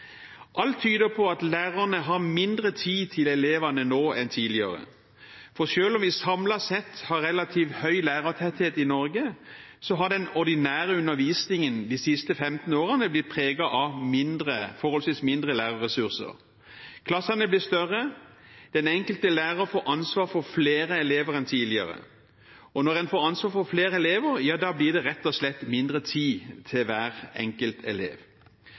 Alt tyder på at lærerne har mindre tid til elevene nå enn tidligere. For selv om vi samlet sett har relativt høy lærertetthet i Norge, så har den ordinære undervisningen de siste 15 årene blitt preget av forholdsvis mindre lærerressurser. Klassene blir større, den enkelte lærer får ansvar for flere elever enn tidligere. Og når en får ansvar for flere elever, blir det rett og slett mindre tid til hver enkelt elev.